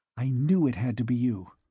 i knew it had to be you.